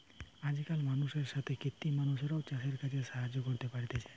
আজকাল মানুষের সাথে কৃত্রিম মানুষরাও চাষের কাজে সাহায্য করতে পারতিছে